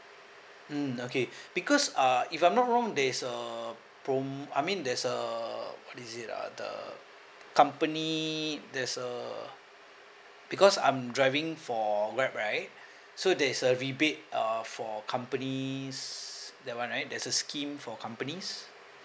mm okay because uh if I'm not wrong there's a prom~ I mean there's a what is it ah the company there's a because I'm driving for grab right so there's a rebate uh for companies that one right there's a scheme for companies